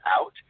out